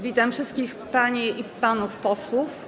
Witam wszystkich panie i panów posłów.